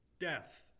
death